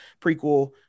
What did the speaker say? prequel